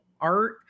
art